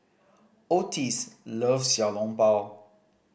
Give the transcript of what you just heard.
Ottis love Xiao Long Bao